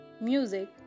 music